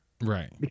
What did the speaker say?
Right